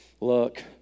Look